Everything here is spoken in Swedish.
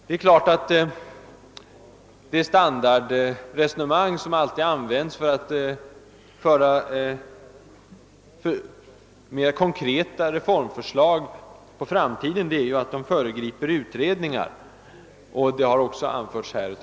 Det standardresonemang som alltid används för att ställa mera konkreta reformförslag på framtiden är ju att de föregriper utredningar, och det har nu också fru Skantz tillgripit.